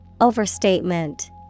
Overstatement